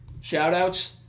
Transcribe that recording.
Shoutouts